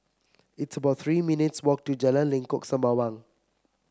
it's about Three minutes' walk to Jalan Lengkok Sembawang